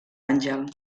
àngel